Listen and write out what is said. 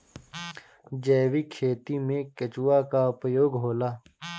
जैविक खेती मे केचुआ का उपयोग होला?